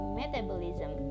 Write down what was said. metabolism